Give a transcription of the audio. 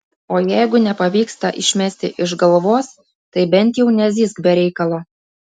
o jeigu nepavyksta išmesti iš galvos tai bent jau nezyzk be reikalo